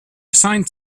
assigned